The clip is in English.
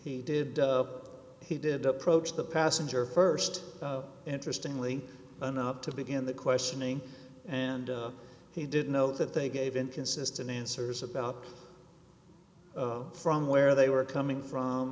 he did he did approach the passenger st interestingly enough to begin the questioning and he did know that they gave inconsistent answers about from where they were coming from